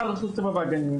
באה רשות הטבע והגנים,